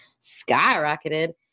skyrocketed